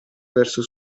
verso